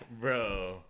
bro